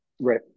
Right